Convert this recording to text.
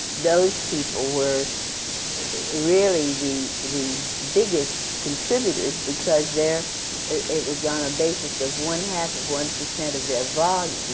those people were really the the biggest contributors, because their it was on a basis of one half of one percent of their volume.